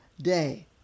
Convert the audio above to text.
day